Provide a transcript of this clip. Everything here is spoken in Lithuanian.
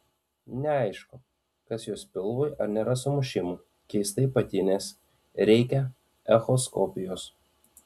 neaišku kas jos pilvui ar nėra sumušimų keistai patinęs reikia echoskopijos